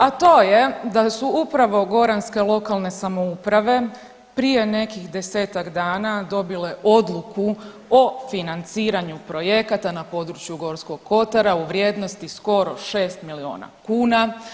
A to je da su upravo goranske lokalne samouprave prije nekih 10-ak dana dobile odluku o financiranju projekata na području Gorskog kotara u vrijednosti skoro 6 miliona kuna.